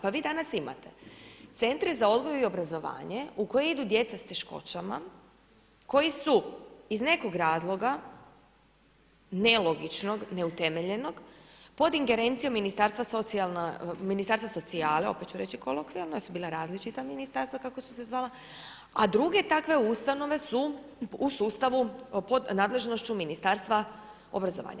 Pa vi danas imate Centre za odgoj i obrazovanje u koje idu djeca s teškoćama, koji su iz nekog razloga, nelogičnog, neutemeljenog, pod ingerencijom Ministarstva socijale, opet ću reći kolokvijalno, jer su bila različita Ministarstva kako su se zvala, a druge takve ustanove su u sustavu, pod nadležnošću Ministarstva obrazovanja.